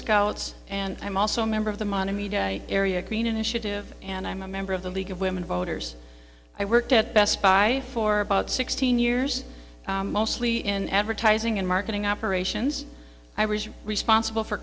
scouts and i'm also a member of the mana me die area green initiative and i'm a member of the league of women voters i worked at best buy for about sixteen years mostly in advertising and marketing operations i was responsible for